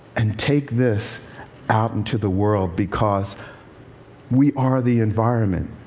and take this out into the world. because we are the environment,